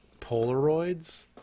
Polaroids